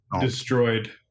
destroyed